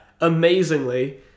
amazingly